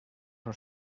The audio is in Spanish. son